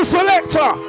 Selector